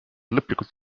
lõplikult